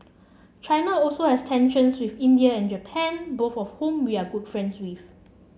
China also has tensions with India and Japan both of whom we are good friends with